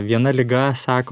viena liga sako